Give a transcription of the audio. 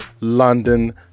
London